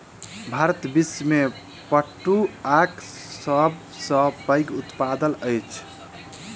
भारत विश्व में पटुआक सब सॅ पैघ उत्पादक अछि